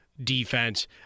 Defense